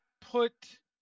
put